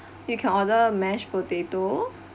you can order mash potato